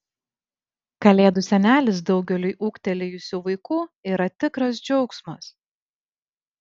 kalėdų senelis daugeliui ūgtelėjusių vaikų yra tikras džiaugsmas